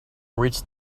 reached